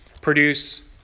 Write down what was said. produce